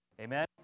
Amen